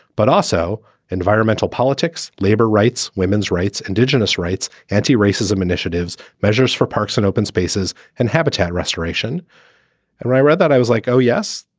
but also environmental politics, labor rights, women's rights, indigenous rights, anti-racism initiatives, measures for parks and open spaces and habitat restoration and rira that i was like, oh yes,